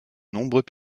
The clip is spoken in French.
nombreux